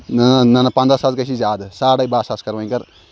نٲ نَہ نَہ پَنٛداہ ساس گژھی زیادٕ ساڑَے بَہہ ساس کَر وۄنۍ کَر